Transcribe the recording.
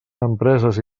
empreses